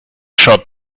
short